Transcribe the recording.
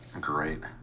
Great